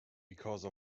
because